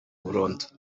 burundu